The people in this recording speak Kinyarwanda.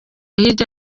hirya